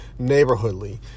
neighborhoodly